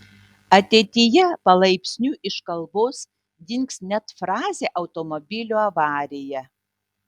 ateityje palaipsniui iš kalbos dings net frazė automobilio avarija